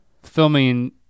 Filming